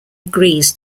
agrees